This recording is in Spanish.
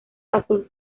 azul